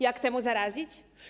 Jak temu zaradzić?